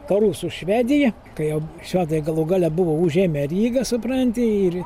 karų su švedija kai jau švedai galų gale buvo užėmę rygą supranti ir